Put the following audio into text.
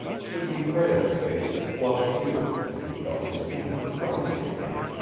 sidney prale's face had flushed, too, and he felt his anger rising again.